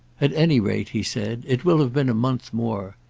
at any rate, he said, it will have been a month more.